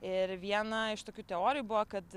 ir viena iš tokių teorijų buvo kad